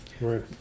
Right